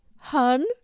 hun